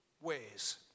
ways